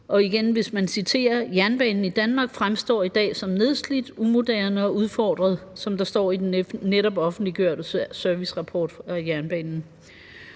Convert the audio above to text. er tæt på sammenbrud, og »jernbanen i Danmark fremstår i dag som nedslidt, umoderne og udfordret«, som der står i den netop offentliggjorte servicerapport om jernbanen.